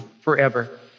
forever